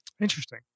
Interesting